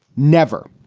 never.